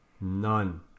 None